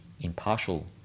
impartial